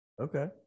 Okay